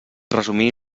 resumir